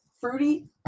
Fruity